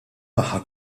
magħha